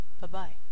Bye-bye